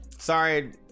Sorry